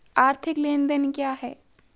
आर्थिक लेनदेन क्या है?